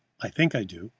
i think i do.